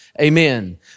Amen